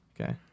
Okay